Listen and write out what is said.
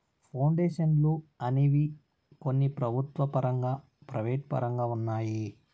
పౌండేషన్లు అనేవి కొన్ని ప్రభుత్వ పరంగా ప్రైవేటు పరంగా ఉన్నాయి